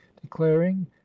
declaring